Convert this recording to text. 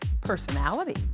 personality